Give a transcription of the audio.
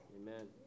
Amen